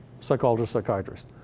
psychologists, psychiatrists.